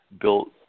built